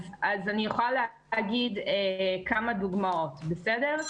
אז אני יכול להגיד כמה דוגמאות, בסדר?